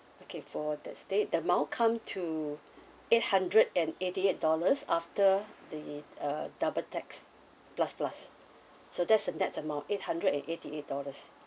okay for the state the amount come to eight hundred and eighty eight dollars after the uh double tax plus plus so that's a net amount eight hundred and eighty eight dollars